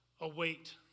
await